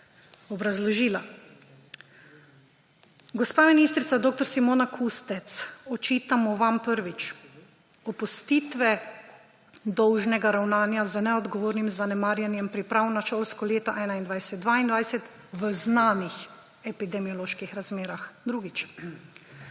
obrazložila. Gospa ministrica dr. Simona Kustec, očitamo vam – prvič, opustitve dolžnega ravnanja z neodgovornim zanemarjanjem priprav na šolsko leto 2021/2022 v znanih epidemioloških razmerah. Drugič,